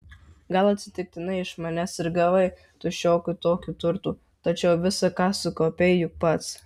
gal atsitiktinai iš manęs ir gavai tu šiokių tokių turtų tačiau visa ką sukaupei juk pats